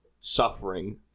suffering